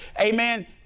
amen